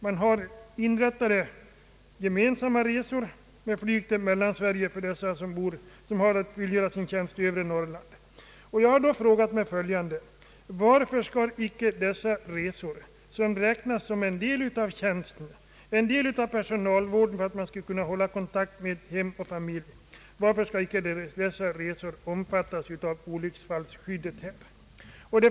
För dem som har att fullgöra sin tjänst i övre Norrland men bor långt söderut innebär det ökade möjligheter till kontakt med hemmet. Jag har då frågat mig: Varför skall icke dessa resor som räknas som en del av tjänsten, en del av personalvården för att de värnpliktiga skall kunna hålla kontakt med hem och familj, omfattas av olycksfallsskyddet?